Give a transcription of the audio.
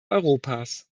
europas